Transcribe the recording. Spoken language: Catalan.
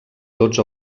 tots